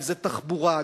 אם תחבורה,